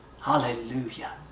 Hallelujah